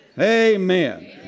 Amen